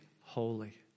holy